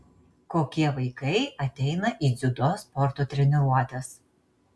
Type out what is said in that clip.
kokie vaikai ateina į dziudo sporto treniruotes